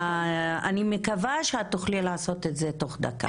אני מקווה שאת תוכלי לעשות את זה בתוך דקה.